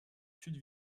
sud